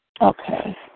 okay